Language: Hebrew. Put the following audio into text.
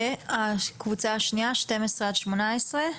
והקבוצה השנייה 12-18?